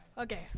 Okay